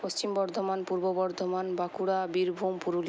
Paschim Bardhaman Purba Bardhaman Bankura Birbhum Purulia